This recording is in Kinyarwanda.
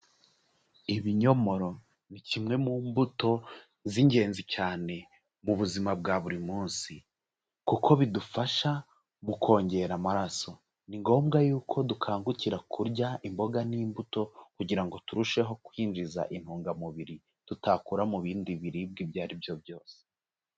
Ibinyomoro ni kimwe mu mbuto z'ingenzi cyane mu buzima bwa buri munsi kuko bidufasha mu kongera amaraso. Ni ngombwa yuko dukangukira kurya imboga n'imbuto kugira ngo turusheho kwinjiza intungamubiri tutakura mu bindi biribwa ibyo ari byo byose.